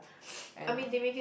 and then